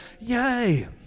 yay